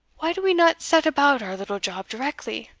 why do we not set about our little job directly?